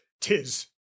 tis